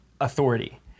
authority